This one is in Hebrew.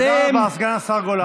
תודה רבה, סגן השר גולן.